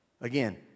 Again